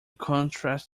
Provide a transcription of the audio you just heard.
contrast